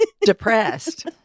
Depressed